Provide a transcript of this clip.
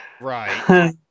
Right